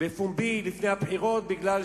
בפומבי לפני הבחירות, בגלל